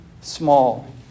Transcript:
small